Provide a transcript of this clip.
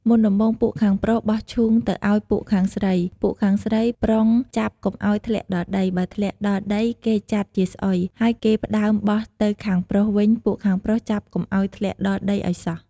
មុនដំបូង ពួកខាងប្រុសបោះឈូងទៅអោយពួកខាងស្រី ពួកខាងស្រីប្រុងចាប់កុំអោយធ្លាក់ដល់ដី បើធ្លាក់ដល់ដី គេចាត់ជាស្អុយ ហើយគេផ្តើមបោះទៅខាងប្រុសវិញពួកខាងប្រុសចាប់កុំអោយធ្លាក់ដល់ដីឲ្យសោះ។